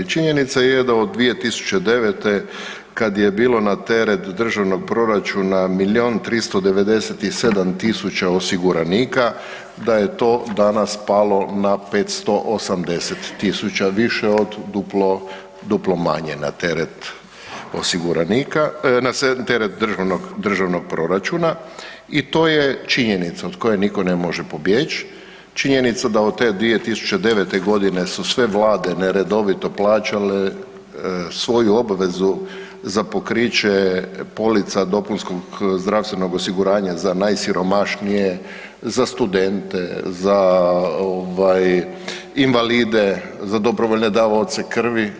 Činjenica je da od 2009. kad je bilo na teret državnog proračuna milijun i 397 000 osiguranika da je to danas palo na 580 000 više od duplo manje na teret državnog proračuna i to je činjenica od koje nitko ne može pobjeći, činjenica da od te 2009. godine su sve Vlade neredovito plaćale svoju obvezu za pokriće polica dopunskog zdravstvenog osiguranja za najsiromašnije, za studente, za invalide, za dobrovoljne davaoce krvi.